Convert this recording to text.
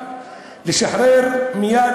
לשחרר מייד,